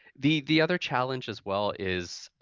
the the other challenge as well is,